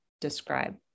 describe